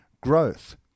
growth